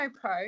pro